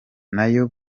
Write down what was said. nayo